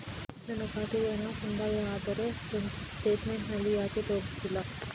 ನನ್ನ ಖಾತೆಗೆ ಹಣ ಸಂದಾಯ ಆದರೆ ಸ್ಟೇಟ್ಮೆಂಟ್ ನಲ್ಲಿ ಯಾಕೆ ತೋರಿಸುತ್ತಿಲ್ಲ?